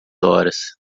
horas